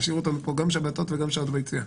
אתה משאיר אותנו כאן גם שבתות וגם שעות ביציאה.